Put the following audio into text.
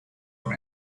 for